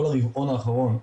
כל הרבעון האחרון,